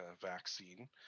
vaccine